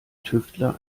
tüftler